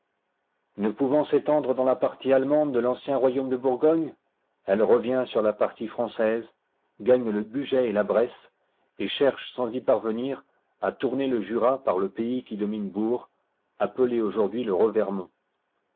ne pouvant s'étendre dans la partie allemande de l'ancien royaume de bourgogne elle revient sur la partie française gagne le bugey et la bresse et cherche sans y parvenir à tourner le jura par le pays qui domine bourg appelé aujourd'hui le revermont